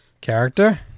Character